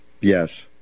yes